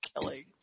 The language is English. killing